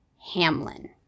Hamlin